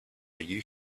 you